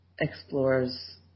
explores